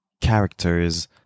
characters